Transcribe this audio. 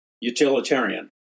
utilitarian